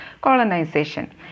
colonization